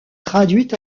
traduit